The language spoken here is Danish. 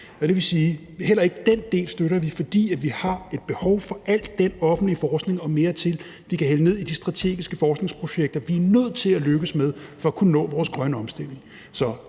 Det vil sige, at heller ikke den del støtter vi, for vi har et behov for al den offentlige forskning og mere til, vi kan hælde ned i de strategiske forskningsprojekter, vi er nødt til at lykkes med for at kunne nå vores grønne omstilling.